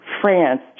France